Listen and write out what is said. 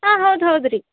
ಹಾಂ ಹೌದು ಹೌದು ರೀ